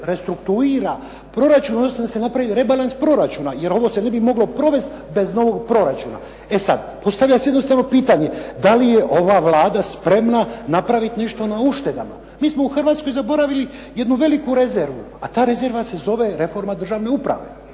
restruktuira proračun odnosno da se napravi rebalans proračuna, jer ovo se ne bi moglo provest bez novog proračuna. E sad, postavlja se jednostavno pitanje da li je ova Vlada spremna napraviti nešto na uštedama. Mi smo u Hrvatskoj zaboravili jednu veliku rezervu, a ta rezerva se zove reforma državne uprave